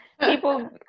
People